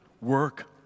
work